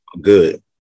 good